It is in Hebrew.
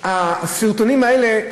הסרטונים האלה,